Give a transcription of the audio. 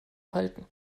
falten